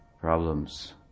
problems